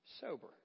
sober